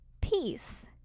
peace